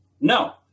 No